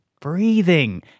Breathing